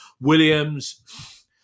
Williams